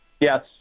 Yes